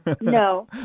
No